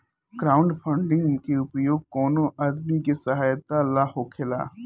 crowdfunding के उपयोग कवनो आदमी के सहायता ला होखेला